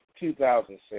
2006